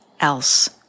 else